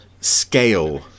scale